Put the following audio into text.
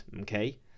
okay